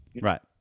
right